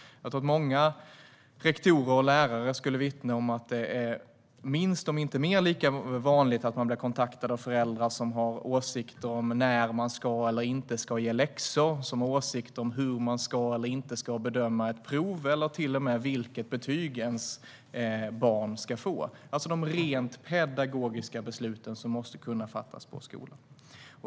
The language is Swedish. Jag tror att många rektorer och lärare kan vittna om att det är minst lika vanligt, om inte mer, att de blir kontaktade av föräldrar som har åsikter om när man ska eller inte ska ge läxor eller hur man ska eller inte ska bedöma ett prov eller till och med vilket betyg deras barn ska få. Dessa rent pedagogiska beslut måste kunna fattas på skolan.